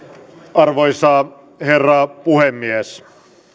arvoisa herra puhemies